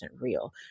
real